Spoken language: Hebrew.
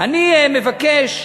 אני מבקש,